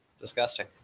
Disgusting